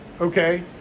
okay